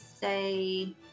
say